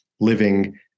living